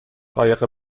قایق